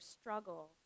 struggle